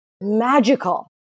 magical